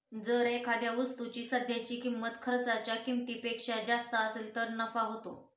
जर एखाद्या वस्तूची सध्याची किंमत खर्चाच्या किमतीपेक्षा जास्त असेल तर नफा होतो